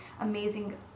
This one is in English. amazing